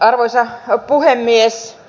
arvoisa puhemies